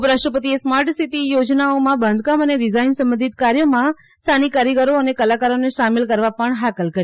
ઉપરાષ્ટ્રપતિએ smart city યોજનાઓમાં બાંધકામ અને ડિઝાઇન સંબંધિત કાર્યોમાં સ્થાનિક કારીગરો અને કલાકારોને સામેલ કરવા પણ હાકલ કરી